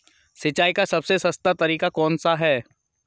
सिंचाई का सबसे सस्ता तरीका कौन सा है?